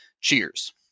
Cheers